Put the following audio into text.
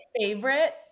favorite